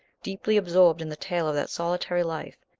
deeply absorbed in the tale of that solitary life,